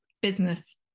business